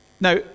Now